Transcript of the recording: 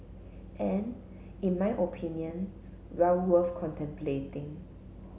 and in my opinion well worth contemplating